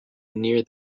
near